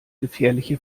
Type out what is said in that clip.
gefährliche